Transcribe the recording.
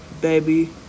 baby